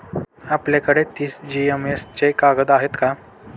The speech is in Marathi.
आपल्याकडे तीस जीएसएम चे कागद आहेत का?